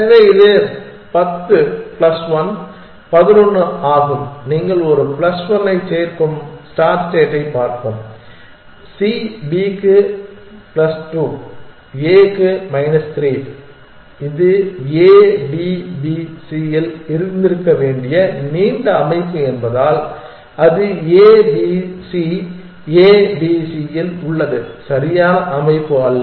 எனவே இது 10 பிளஸ் 1 11 ஆகும் நீங்கள் ஒரு பிளஸ் 1 ஐ சேர்க்கும் ஸ்டார்ட் ஸ்டேட்டைப் பார்ப்போம் C B க்கு பிளஸ் 2 A க்கு மைனஸ் 3 இது A D B C யில் இருந்திருக்க வேண்டிய நீண்ட அமைப்பு என்பதால் அது A B C A B Cயில் உள்ளது சரியான அமைப்பு அல்ல